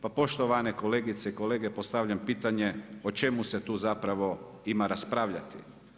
Pa poštovane kolegice i kolege postavljam pitanje o čemu se tu zapravo ima raspravljati?